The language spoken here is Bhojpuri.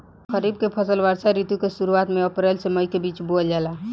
खरीफ के फसल वर्षा ऋतु के शुरुआत में अप्रैल से मई के बीच बोअल जाला